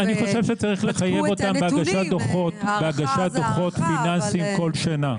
אני חושב שצריך לחייב אותם בהגשת דוחות פיננסיים כל שנה.